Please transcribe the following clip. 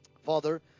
Father